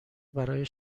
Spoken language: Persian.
برای